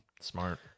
smart